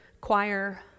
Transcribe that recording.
choir